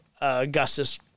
Augustus